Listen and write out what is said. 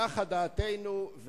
נחה דעתנו.